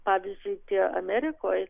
pavyzdžiui tie amerikoj